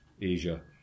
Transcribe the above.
Asia